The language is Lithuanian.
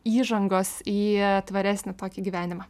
įžangos į tvaresnį tokį gyvenimą